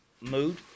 mood